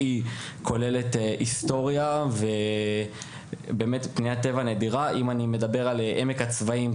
אם אני מדבר על עמק הצבאים,